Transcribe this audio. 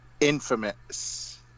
infamous